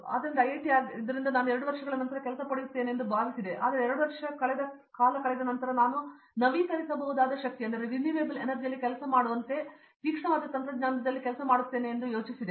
ಆದ್ದರಿಂದ ಇದು ಐಐಟಿ ಆಗಿದ್ದರಿಂದ ನಾನು 2 ವರ್ಷಗಳ ನಂತರ ಕೆಲಸ ಪಡೆಯುತ್ತೇನೆಂದು ಭಾವಿಸಿದೆವು ಆದರೆ 2 ವರ್ಷಗಳ ಕಾಲ ಕಳೆದ ನಂತರ ನಾನು ನವೀಕರಿಸಬಹುದಾದ ಶಕ್ತಿಯಲ್ಲಿ ಕೆಲಸ ಮಾಡುವಂತೆ ತೀಕ್ಷ್ಣವಾದ ತಂತ್ರಜ್ಞಾನದಲ್ಲಿ ಕೆಲಸ ಮಾಡುತ್ತಿದ್ದೇನೆ ಎಂದು ಯೋಚಿಸಿದೆ